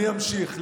אני אמשיך.